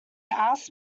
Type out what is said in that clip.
asked